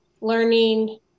learning